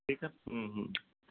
ਠੀਕ ਹੈ